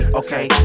okay